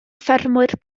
ffermwyr